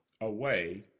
away